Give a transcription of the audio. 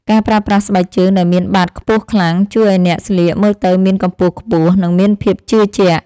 ការប្រើប្រាស់ស្បែកជើងដែលមានបាតខ្ពស់ខ្លាំង ជួយឱ្យអ្នកស្លៀកមើលទៅមានកម្ពស់ខ្ពស់និងមានភាពជឿជាក់។